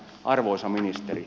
arvoisa ministeri